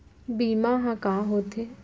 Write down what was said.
बीमा ह का होथे?